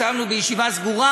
ישבנו בישיבה סגורה,